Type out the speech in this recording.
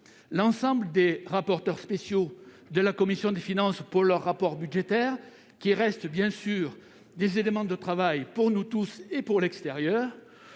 l'ensemble des rapporteurs spéciaux de la commission des finances pour leurs rapports budgétaires, qui restent des documents de travail pour nous tous comme pour l'extérieur.